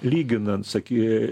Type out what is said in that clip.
lyginant saky